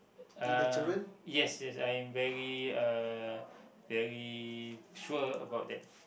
uh yes yes I am very uh very sure about that